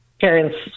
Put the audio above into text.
parents